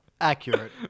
Accurate